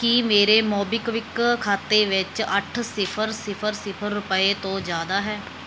ਕੀ ਮੇਰੇ ਮੋਬੀਕਵਿਕ ਖਾਤੇ ਵਿੱਚ ਅੱਠ ਸਿਫ਼ਰ ਸਿਫ਼ਰ ਸਿਫ਼ਰ ਰੁਪਏ ਤੋਂ ਜ਼ਿਆਦਾ ਹੈ